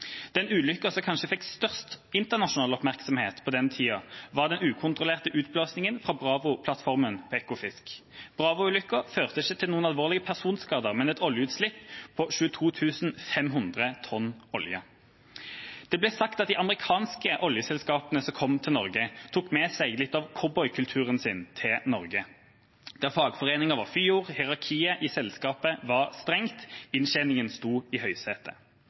Den ulykken som kanskje fikk størst internasjonal oppmerksomhet på den tiden, var den ukontrollerte utblåsingen fra Bravo-plattformen på Ekofisk. Bravo-ulykken førte ikke til noen alvorlige personskader, men et oljeutslipp på 22 500 tonn olje. Det ble sagt at de amerikanske oljeselskapene som kom til Norge, tok med seg litt av cowboykulturen sin til Norge, der fagforeninger var fyord, hierarkiet i selskapene var strengt og inntjeningen sto i